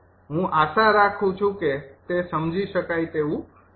હું આશા રાખું છું કે તે સમજી શકાય તેવું છે